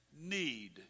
need